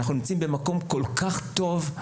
ושאנחנו נמצאים במקום כל כך טוב,